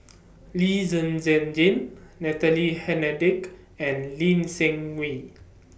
Lee Zhen Zhen Jane Natalie Hennedige and Lee Seng Wee